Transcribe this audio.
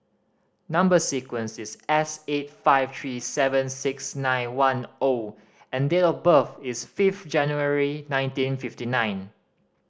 number sequence is S eight five three seven six nine one O and date of birth is five January nineteen fifty nine